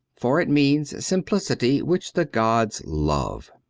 for it means simplicity, which the gods love.